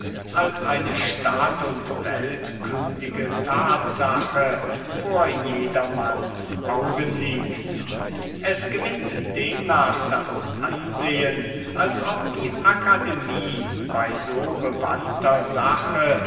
als eine stadt und weltkundige tatsache vor jedermanns augen liegt es gewinnt demnach das ansehen als ob die akademie bei so bewandter sache